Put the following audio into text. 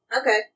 Okay